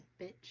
bitch